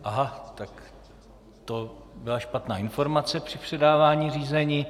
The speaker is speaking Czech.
Aha, tak to byla špatná informace při předávání řízení.